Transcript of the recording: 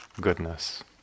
goodness